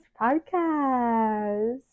Podcast